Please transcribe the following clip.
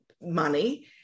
money